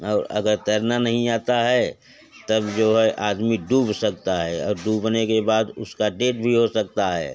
और अगर तैरना नहीं आता है तब जो है आदमी डूब सकता है और डूबने के बाद उसका डेड भी हो सकता है